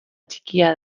txikia